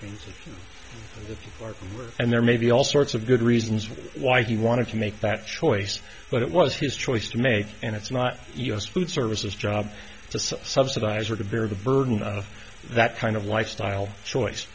right and there may be all sorts of good reasons why he wanted to make that choice but it was his choice to make and it's not us food services job to subsidize or to bear the burden of that kind of lifestyle choice